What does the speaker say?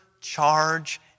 charge